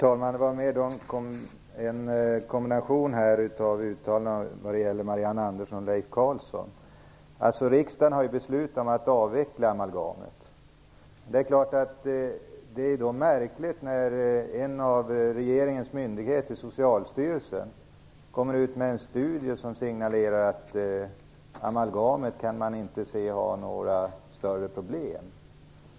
Herr talman! Riksdagen har ju beslutat att amalgamet skall avvecklas. Det är då märkligt att en av regeringens myndigheter, Socialstyrelsen, kommer ut med en studie som signalerar att amalgamet inte kan ses innebära några större problem.